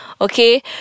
Okay